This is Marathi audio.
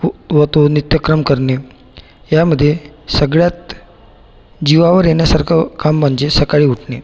व व तो नित्यक्रम करणे यामध्ये सगळ्यांत जिवावर येण्यासारखं काम म्हणजे सकाळी उठणे